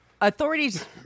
authorities